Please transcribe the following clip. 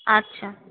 আচ্ছা